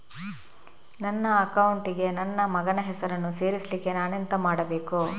ನನ್ನ ಅಕೌಂಟ್ ಗೆ ನನ್ನ ಮಗನ ಹೆಸರನ್ನು ಸೇರಿಸ್ಲಿಕ್ಕೆ ನಾನೆಂತ ಮಾಡಬೇಕು?